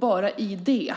Bara i det